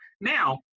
Now